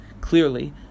clearly